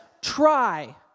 try